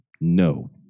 No